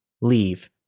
Leave